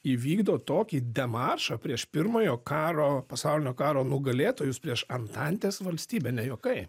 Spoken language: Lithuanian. įvykdo tokį demaršą prieš pirmojo karo pasaulinio karo nugalėtojus prieš antantės valstybę ne juokai